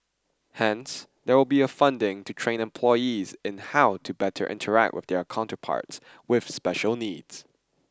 hence there will be a funding to train employees in how to better interact with their counterparts with special needs